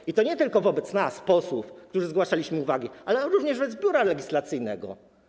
I to nie tylko wobec nas, posłów, którzy zgłaszaliśmy uwagi, ale również wobec Biura Legislacyjnego.